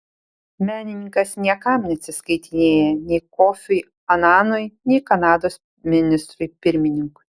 menininkas niekam neatsiskaitinėja nei kofiui ananui nei kanados ministrui pirmininkui